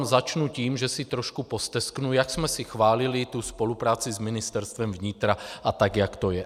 Začnu jen tím, že si trošku postesknu, jak jsme si chválili tu spolupráci s Ministerstvem vnitra a tak, jak to je.